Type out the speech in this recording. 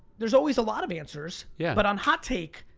there's always a lot of answers. yeah. but on hot take,